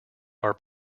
are